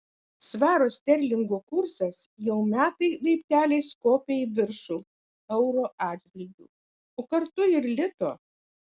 svaro sterlingų kursas jau metai laipteliais kopia į viršų euro atžvilgiu o kartu ir lito